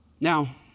Now